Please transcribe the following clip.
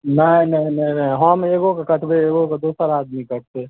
नहि नहि नहि नहि हम एगोके कटबै एगोके दोसर आदमी कटतै